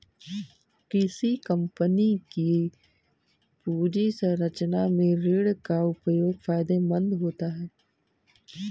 किसी कंपनी की पूंजी संरचना में ऋण का उपयोग फायदेमंद होता है